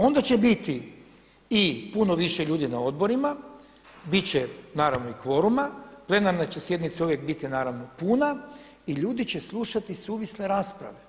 Onda će biti i puno više ljudi na odborima, biti će naravno kvoruma, plenarna će sjednica uvijek biti naravno puna i ljudi će slušali suvisle rasprave.